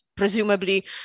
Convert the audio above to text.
presumably